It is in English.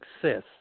success